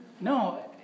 No